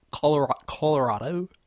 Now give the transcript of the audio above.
Colorado